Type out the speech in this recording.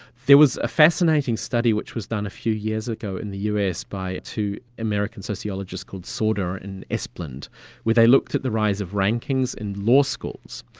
there was a fascinating study which was done a few years ago in the us by two american sociologists called sauder and espeland where they looked at the rise of rankings in law schools.